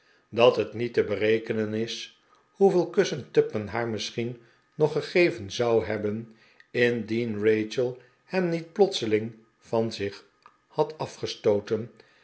dat het niet te berekenen is hoeveel kussen tupman haar misschien nog gegeven zou hebben indien rachel hem niet plotseling van zich had afgestooten